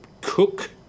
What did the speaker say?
cook